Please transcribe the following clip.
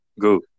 Go